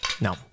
no